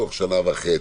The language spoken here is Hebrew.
תוך שנה וחצי.